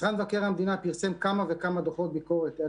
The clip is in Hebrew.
משרד מבקר המדינה פרסם כמה וכמה דוחות ביקורת על